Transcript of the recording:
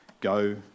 go